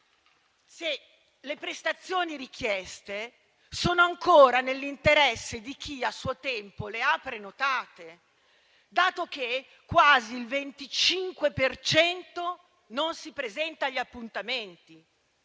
se le prestazioni richieste sono ancora nell'interesse di chi a suo tempo le ha prenotate, dato che quasi il 25 per cento non si presenta agli appuntamenti